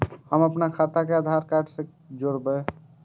हम अपन खाता के आधार कार्ड के जोरैब?